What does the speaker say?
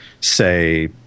say